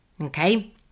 okay